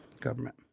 government